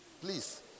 Please